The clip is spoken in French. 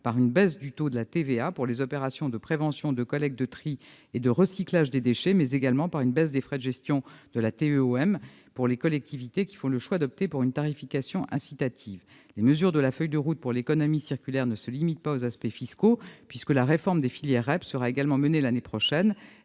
par une baisse du taux de la TVA pour les opérations de prévention, de collecte, de tri et de recyclage des déchets, mais également par une baisse des frais de gestion de la TEOM pour les collectivités qui font le choix d'opter pour une tarification incitative. Les mesures de la feuille de route pour l'économie circulaire ne se limitent toutefois pas aux aspects fiscaux, puisque la réforme des filières REP sera également menée l'année prochaine.